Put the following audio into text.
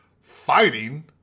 fighting